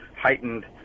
heightened